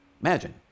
imagine